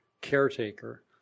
caretaker